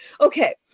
Okay